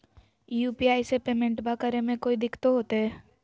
UPI से पेमेंटबा करे मे कोइ दिकतो होते?